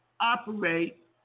operate